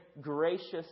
gracious